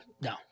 No